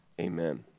Amen